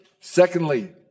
Secondly